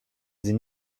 sie